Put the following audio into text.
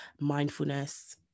mindfulness